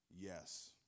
yes